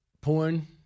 Porn